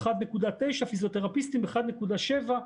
1.9, פיזיותרפיסטים 1.7,